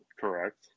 Correct